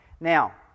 Now